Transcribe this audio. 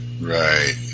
Right